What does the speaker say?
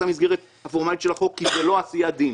המסגרת הפורמלית של החוק כי זה לא עשיית דין,